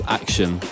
action